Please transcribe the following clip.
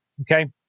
Okay